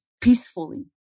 peacefully